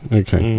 okay